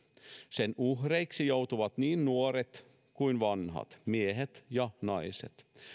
sen uhreiksi joutuvat niin nuoret kuin vanhat miehet ja naiset